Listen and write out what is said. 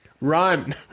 Run